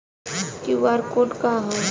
QR code का ह?